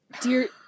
Dear